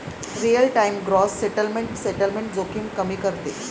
real time gross settlement settlement जोखीम कमी करते